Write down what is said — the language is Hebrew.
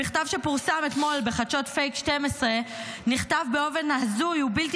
במכתב שפורסם אתמול בחדשות פייק 12 נכתב באופן הזוי ובלתי